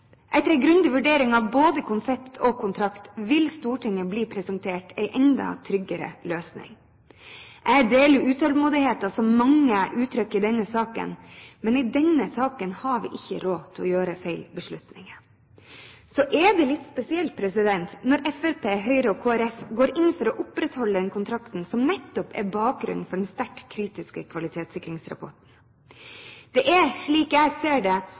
bli presentert en enda tryggere løsning. Jeg deler utålmodigheten som mange uttrykker i denne saken, men i denne saken har vi ikke råd til å fatte feil beslutninger. Så er det litt spesielt når Fremskrittspartiet, Høyre og Kristelig Folkeparti går inn for å opprettholde den kontrakten som nettopp er bakgrunnen for den sterkt kritiske kvalitetssikringsrapporten. Det er, slik jeg ser det,